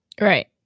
Right